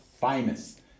famous